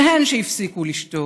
שהן שהפסיקו לשתוק,